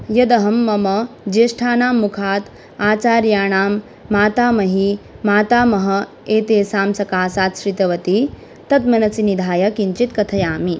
यदहं मम ज्येष्ठानां मुखात् आचार्याणां मातामही मातामहः एतेषां सकाशात् श्रुतवती तत् मनसि निधाय किञ्चित् कथयामि